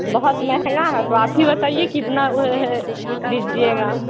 बहुत महंगा है तो आप ही बताइए कितना दीजिएगा